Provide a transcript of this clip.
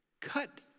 cut